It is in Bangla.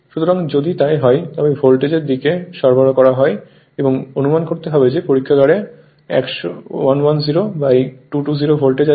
সুতরাং যদি তাই হয় তবে ভোল্টেজের দিকে সরবরাহ করা হয় এবং অনুমান করতে হবে যে পরীক্ষাগারে 110 বাই 220 ভোল্ট আছে